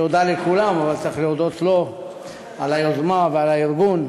שהודה לכולם אבל צריך להודות לו על היוזמה ועל הארגון.